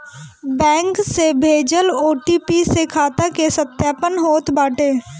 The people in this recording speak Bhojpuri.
बैंक से भेजल ओ.टी.पी से खाता के सत्यापन होत बाटे